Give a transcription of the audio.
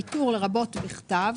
ויתור לרבות בכתב',